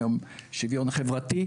היום שוויון חברתי,